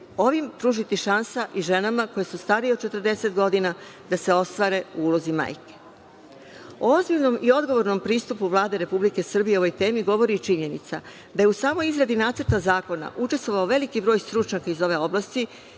ovim pružiti šansa i ženama koje su starije od 40 godina da se ostvare u ulozi majke.O ozbiljnom i odgovornom pristupu Vlade Republike Srbije o ovoj temi govori i činjenica da je u samoj izradi Nacrta zakona učestvovao veliki broj stručnjaka iz ove oblasti